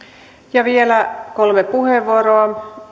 keinoja vielä kolme puheenvuoroa